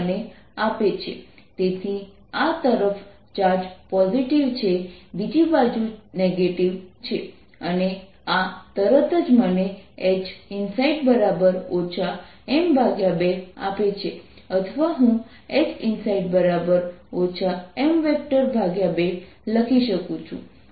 HMcosϕ δs RH0 Hinside M2 B 0H M 0M2 તેથી આ તરફ ચાર્જ પોઝિટિવ છે બીજી બાજુ નેગેટિવ છે અને આ તરત જ મને Hinside M2 આપે છે અથવા હું Hinside M2 લખી શકું છું